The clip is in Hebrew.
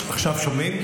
עכשיו שומעים?